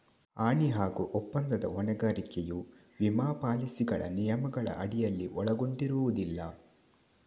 ಹಾನಿ ಹಾಗೂ ಒಪ್ಪಂದದ ಹೊಣೆಗಾರಿಕೆಯು ವಿಮಾ ಪಾಲಿಸಿಗಳ ನಿಯಮಗಳ ಅಡಿಯಲ್ಲಿ ಒಳಗೊಂಡಿರುವುದಿಲ್ಲ